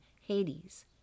Hades